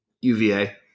UVA